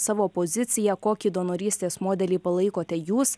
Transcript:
savo poziciją kokį donorystės modelį palaikote jūs